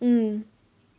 mm